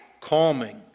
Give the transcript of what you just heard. calming